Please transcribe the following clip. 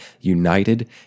united